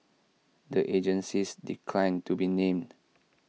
the agencies declined to be named